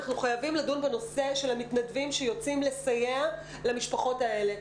אנחנו חייבים לדון בנושא של המתנדבים שיוצאים לסייע למשפחות האלה,